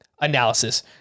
analysis